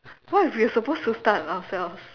what if we are supposed to start ourselves